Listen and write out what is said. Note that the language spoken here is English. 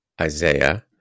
Isaiah